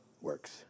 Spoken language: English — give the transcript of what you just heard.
works